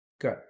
Good